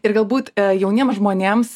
ir galbūt jauniem žmonėms